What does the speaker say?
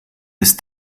ist